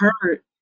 hurt